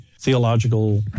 theological